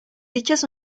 dichas